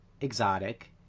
exotic